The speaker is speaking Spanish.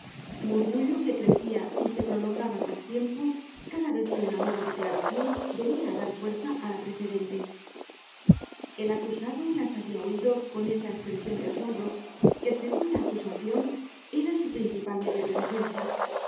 murmullo que crecia y se prolongaba mas tiempo cada vez que una nueva declaracion venia á dar fuerza á la precedente el acusado las habia oido con esa espresion de asombro que segun la acu sacion era su principal medio de defensa